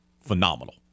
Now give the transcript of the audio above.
phenomenal